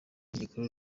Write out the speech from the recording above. igikuru